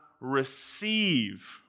receive